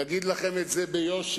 יגיד לכם את זה ביושר